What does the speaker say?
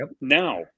now